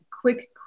quick